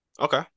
okay